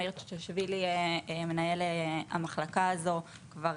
מאיר צ'צ'שווילי מנהל המחלקה הזאת וכבר